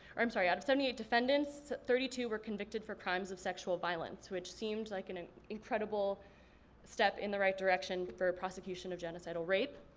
or i'm sorry, out of seventy eight defendants, thirty two were convicted for crimes of sexual violence. which seems like an incredible step in the right direction for prosecution of genocidal rape.